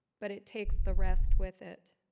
but it takes the rest with it.